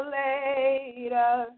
later